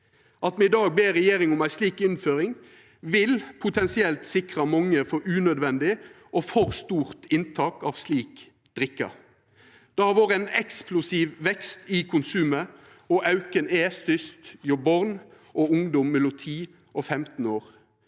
at me i dag ber om ei slik innføring, vil potensielt sikra mange mot unødvendig og for stort inntak av slik drikke. Det har vore ein eksplosiv vekst i konsumet, og auken er størst hjå barn og ungdom mellom 10 og 15 år.